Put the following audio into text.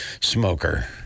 smoker